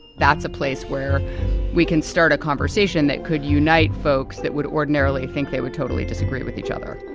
that's a place where we can start a conversation that could unite folks that would ordinarily think they would totally disagree with each other.